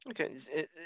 Okay